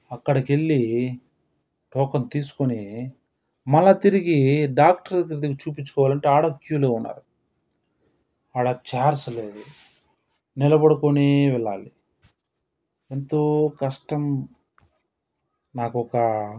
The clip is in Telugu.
అక్కడికి వెళ్లి టోకెన్ తీసుకుని మళ్ల తిరిగి డాక్టర్ దగ్గరికి చూపించుకోవాలంటే ఆడ ఒక క్యూలో ఉన్నారు ఆడ చైర్స్ లేదు నిలబడుక్కునే వెళ్ళాలి ఎంతో కష్టం నాకు ఒక